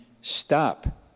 stop